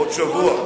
בעוד שבוע.